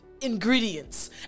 ingredients